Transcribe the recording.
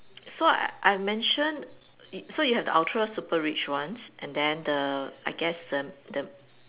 so I I've mention so you have the Ultra super rich ones and then the I guess the the